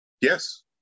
yes